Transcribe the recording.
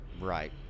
right